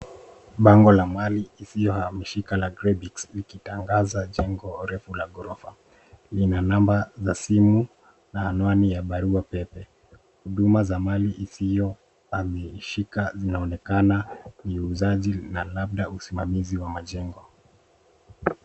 Bango la mali isiyohamishika la Greybix likitangaza jengo refu la ghorofa. Lina namba za simu na anwani ya barua pepe. Huduma za mali isiyohamishika zinaonekana ni uuzaji na labda usimamizi wa majengo.